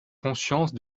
conscience